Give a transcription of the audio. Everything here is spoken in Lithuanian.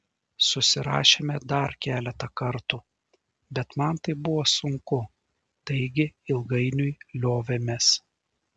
susirašėme dar keletą kartų bet man tai buvo sunku taigi ilgainiui liovėmės